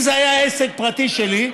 אם זה היה עסק פרטי שלי,